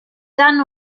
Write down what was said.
done